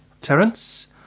Terence